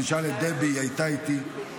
תשאל את דבי, היא הייתה איתי.